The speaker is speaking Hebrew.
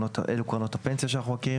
קרנות הפנסיה שאנחנו מכירים.